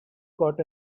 got